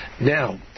Now